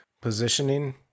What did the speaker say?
positioning